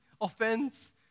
offense